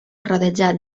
rodejat